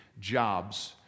jobs